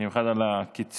במיוחד על הקיצור.